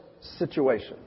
situation